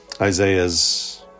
isaiah's